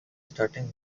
starting